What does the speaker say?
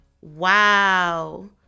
Wow